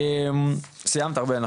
ארבל את סיימת?